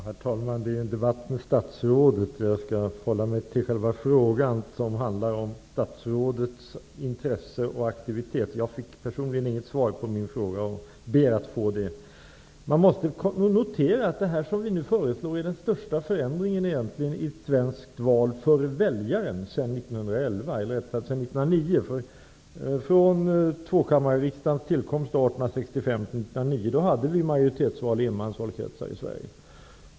Herr talman! Detta är en debatt med statrådet, och jag skall hålla mig till själva frågan som handlar om statsrådets intresse och aktivitet. Jag fick inget svar på min fråga och ber att få det. Man måste notera att utredningen föreslår den största förändringen för väljaren i ett svenskt val sedan 1909. Från tvåkammarriksdagens tillkomst 1865 och fram till 1909 hade vi majoritetsval i enmansvalkretsar i Sverige.